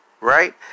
right